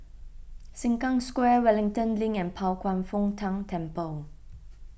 Sengkang Square Wellington Link and Pao Kwan Foh Tang Temple